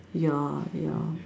ya ya